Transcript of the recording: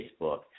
Facebook